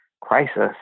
crisis